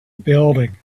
building